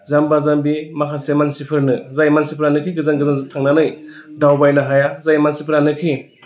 जाम्बा जाम्बि माखासे मानसिफोरनो जाय मानसिफोरानाखि गोजान गोजान जायगायाव थांनानै दावबायनो हाया जाय मानसिफोरानिखि